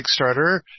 Kickstarter